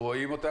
אין לך הערות?